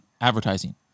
advertising